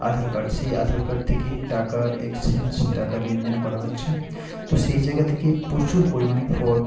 আধার card সেই Aadhaar card থেকে টাকা এক্সচেঞ্জ টাকা লেনদেন করা হচ্ছে তো সেই জায়গা থেকে প্রচুর পরিমাণে ফ্রড